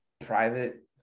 private